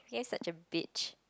you're such a bitch